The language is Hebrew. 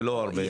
ולא הרבה.